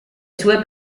sue